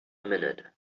minute